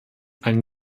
ein